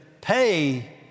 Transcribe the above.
pay